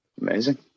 amazing